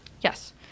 Yes